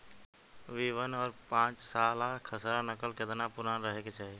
B one और पांचसाला खसरा नकल केतना पुरान रहे के चाहीं?